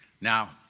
Now